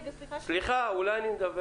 רגע, סליחה --- סליחה, אולי אני מדבר?